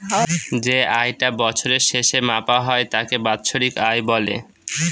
যে আয় টা বছরের শেষে মাপা হয় তাকে বাৎসরিক আয় বলে